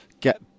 get